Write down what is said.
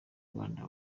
rwanda